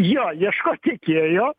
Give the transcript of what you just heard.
jo ieškot tiekėjo